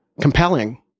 compelling